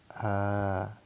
ah